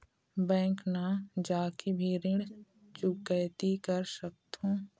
Bank न जाके भी ऋण चुकैती कर सकथों?